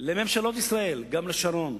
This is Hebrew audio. לממשלות ישראל, גם לשרון,